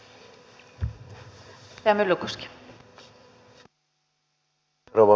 arvoisa rouva puhemies